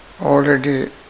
already